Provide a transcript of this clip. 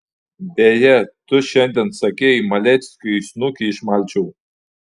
beje tu šiandien sakei maleckiui snukį išmalčiau